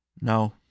No